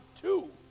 two